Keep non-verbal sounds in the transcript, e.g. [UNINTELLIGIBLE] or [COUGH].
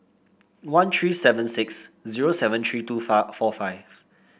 one three seven six zero seven three two [UNINTELLIGIBLE] four five